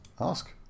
Ask